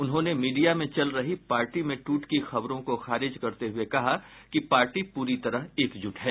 उन्होंने मीडिया में चल रही पार्टी में टूट की खबरों को खारिज करते हुये कहा कि पार्टी पूरी तरह एकजूट है